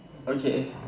okay